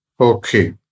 Okay